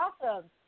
awesome